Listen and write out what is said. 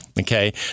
okay